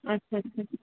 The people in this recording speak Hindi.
अच्छा अच्छा